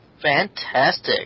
fantastic